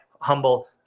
humble